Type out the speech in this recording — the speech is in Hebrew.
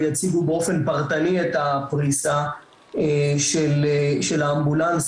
יציגו באופן פרטני את הפריסה של האמבולנסים.